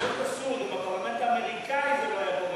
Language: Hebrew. לא רק הסורי, גם בפרלמנט האמריקני זה לא היה קורה.